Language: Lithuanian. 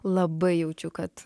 labai jaučiu kad